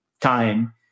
time